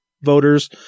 voters